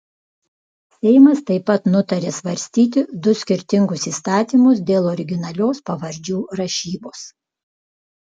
seimas taip pat nutarė svarstyti du skirtingus įstatymus dėl originalios pavardžių rašybos